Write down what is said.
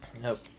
Nope